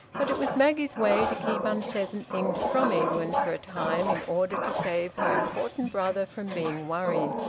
but it was maggie's way to keep unpleasant things from edwin for a time, in order to save her important brother from being worried,